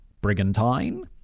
Brigantine